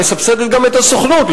מסבסדת גם את הסוכנות.